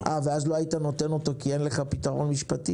אה, ואז לא היית נותן אותו כי אין לך פתרון משפטי?